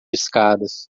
escadas